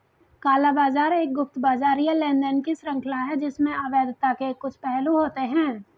काला बाजार एक गुप्त बाजार या लेनदेन की श्रृंखला है जिसमें अवैधता के कुछ पहलू होते हैं